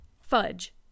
Fudge